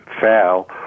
fail